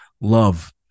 Love